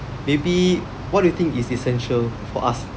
maybe what do you think is essential for us